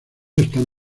están